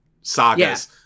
sagas